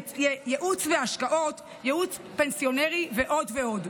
ייעוץ השקעות, ייעוץ פנסיוני ועוד ועוד.